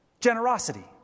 generosity